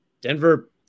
Denver